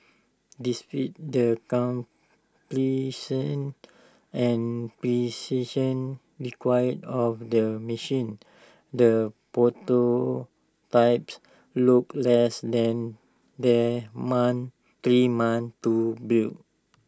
the completion and precision required of their machine the prototypes look less than three months to build